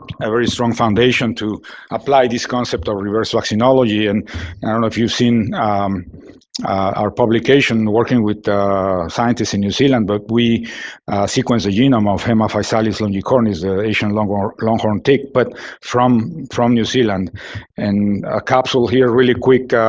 a very strong foundation to apply this concept of reverse vaccinology, and i don't know if you've seen our publication working with scientists in new zealand, but we sequenced the genome of hemaphysalis longicornis, the asian long-horned long-horned tick but from from new zealand and a capsule here really quick,